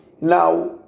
Now